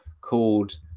called